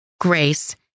grace